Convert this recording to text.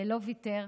לא ויתר.